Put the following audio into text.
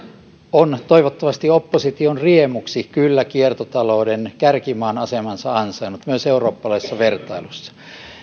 on toivottavasti opposition riemuksi kyllä kiertotalouden kärkimaan asemansa ansainnut myös eurooppalaisessa vertailussa